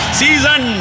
season